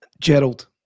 Gerald